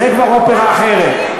זה כבר אופרה אחרת.